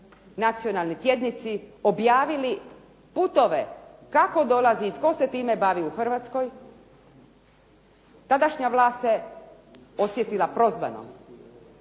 nacionalni tjednici objavili putove kako dolazi i tko se time bavi u Hrvatskoj tadašnja vlast se osjetila prozvanom